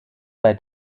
bei